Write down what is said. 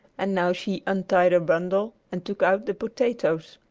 and now she untied her bundle and took out the potatoes.